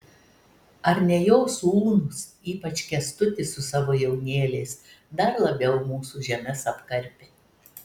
ar ne jo sūnūs ypač kęstutis su savo jaunėliais dar labiau mūsų žemes apkarpė